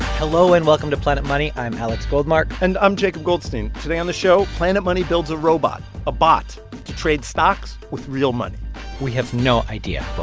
hello, and welcome to planet money. i'm alex goldmark and i'm jacob goldstein. today on the show, planet money builds a robot, a bot to trade stocks with real money we have no idea but